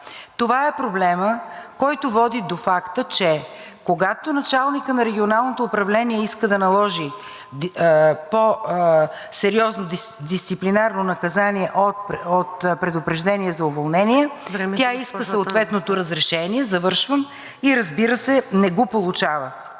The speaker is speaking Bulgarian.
Това е проблемът, който води до факта, че когато началникът на Регионалното управление иска да наложи по-сериозно дисциплинарно наказание от предупреждение за уволнение, тя иска съответното разрешение... ПРЕДСЕДАТЕЛ НАДЕЖДА